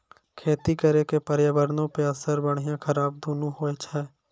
खेती करे के पर्यावरणो पे असर बढ़िया खराब दुनू होय छै